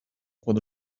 خود